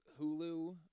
Hulu